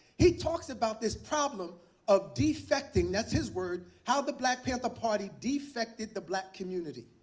he talks about this problem of defecting that's his word how the black panther party defected the black community.